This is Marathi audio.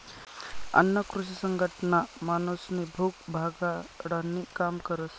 अन्न कृषी संघटना माणूसनी भूक भागाडानी काम करस